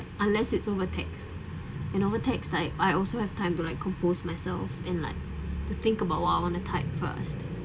unless it's over text in over text like I also have time to like compose myself and like to think about what I want to type first